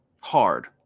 hard